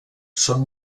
són